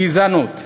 גזענות,